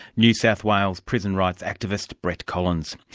new south wales prison rights activist, brett collins.